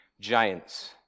giants